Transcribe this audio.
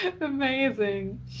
amazing